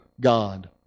God